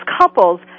couples